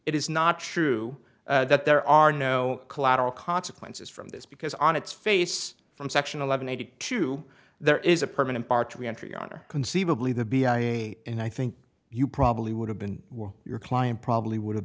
it is not true that there are no collateral consequences from this because on its face from section eleven eighty two there is a permanent bar to entry on or conceivably the b i a and i think you probably would have been were your client probably would have